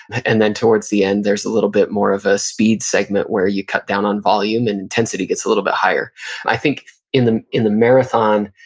and then towards the end, there's a little bit more of a speed segment where you cut down on volume and intensity gets a little bit higher i think in the in the marathon,